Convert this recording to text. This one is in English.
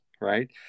right